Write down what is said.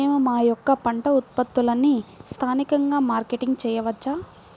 మేము మా యొక్క పంట ఉత్పత్తులని స్థానికంగా మార్కెటింగ్ చేయవచ్చా?